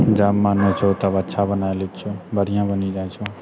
जब मन होइ छौ तब अच्छा बना लै छिऔ बढ़िआँ बनि जाइ छौ